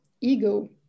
ego